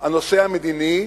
"הנושא המדיני",